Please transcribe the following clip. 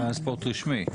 אולי הספורט רשמי.